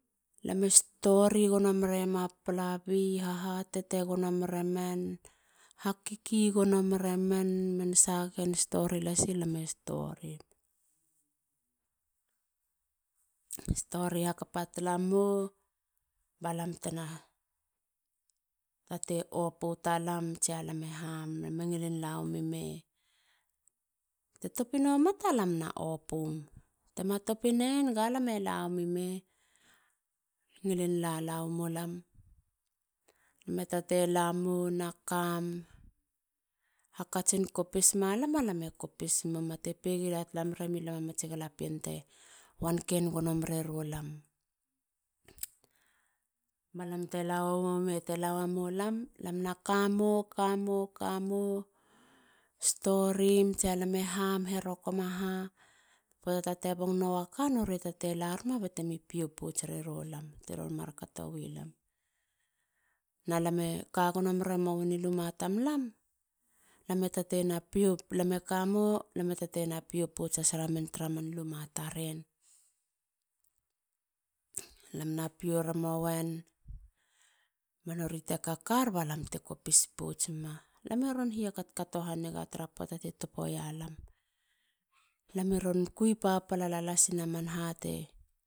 Lam e stori gono mereyema palabi. hahatete gono meremen hakiki gono meremen. man sahaken story lasilam e storim. stori hakapa talamo. balam tena ta te opu talam tsia lam e ham. lam e ngilin la wami me. te topi no mata lam na opum. tema topi neien ga lame lami me te ngilin lala wamu lam. Lam e tatei lamo na kam. hakatsin kopis malam. a lam e kopis muma te pegila tala meremi lam a mats galapien te wanken gono mererolam. balam tela wamo mete lawemo lam. lam na kamo. kamo. storim tsia lam e ham. lame herokoma ha. poata tala te bong nowa ka nori e taten laruma batemi pio pouuts rero lam. Teron mar katowi lam. na lam e ka gono mere moweni luma tamlam. lam e kamo. lam e taten na pio pouts has ramen tara man luma taren. Laam na pio ra mowen ba nori te kakar balamte kopis pouts muma. lam e ron hia katkato haniga tara poata ti topo yalam. lam i ron kui papala. lalasina man ha te